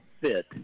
fit